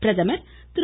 பிரதமர் திரு